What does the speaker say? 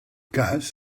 cas